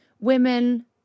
women